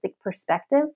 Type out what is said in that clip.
perspective